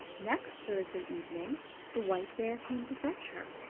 next thursday evening the white bear came to fetch her.